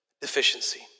deficiency